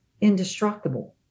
indestructible